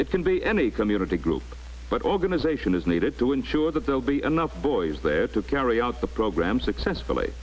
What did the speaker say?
it can be any community group but organization is needed to ensure that there will be enough boys there to carry out the program successfully